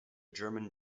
german